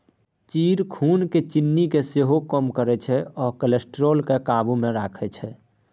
जीर खुनक चिन्नी केँ सेहो कम करय छै आ कोलेस्ट्रॉल केँ काबु मे राखै छै